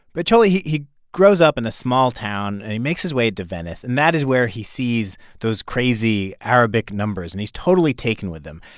pacioli, he he grows up in a small town, and he makes his way to venice. and that is where he sees those crazy arabic numbers. and he's totally taken with them.